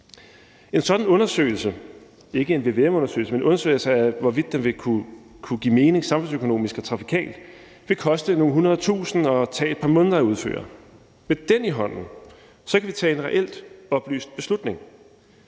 men en undersøgelse af, hvorvidt det vil kunne give mening samfundsøkonomisk og trafikalt, vil koste nogle hundrede tusind og tage et par måneder at udføre. Med den i hånden kan vi tage en reelt oplyst beslutning.